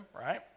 right